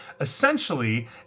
essentially